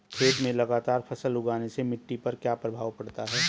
खेत में लगातार फसल उगाने से मिट्टी पर क्या प्रभाव पड़ता है?